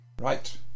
Right